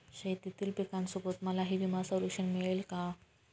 शेतीतील पिकासोबत मलाही विमा संरक्षण मिळेल का?